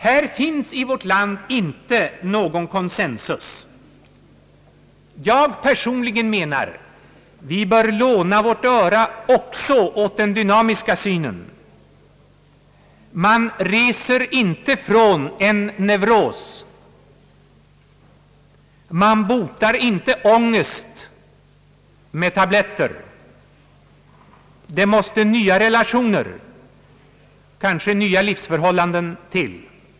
Här finns i vårt land inte någon consensus. Jag personligen menar att vi bör låna vårt öra också åt den dynamiska synen. Man reser inte från en neuros, man botar inte ångest med tabletter. Det måste bli nya relationer, kanske nya livsförhållanden.